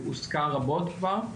הוזכר רבות כבר,